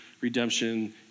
redemption